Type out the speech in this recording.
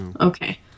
Okay